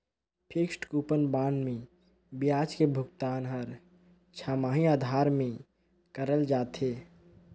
fixed coupon bond मे बियाज के भुगतान हर छमाही आधार में करल जाथे